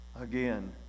again